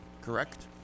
correct